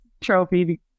trophy